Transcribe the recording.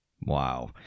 Wow